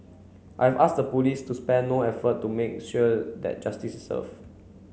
I have asked the police to spare no effort to make sure that justice is serve